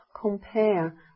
compare